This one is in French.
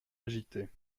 agitée